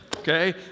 Okay